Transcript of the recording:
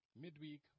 midweek